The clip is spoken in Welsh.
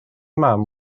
mam